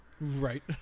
Right